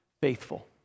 faithful